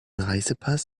reisepass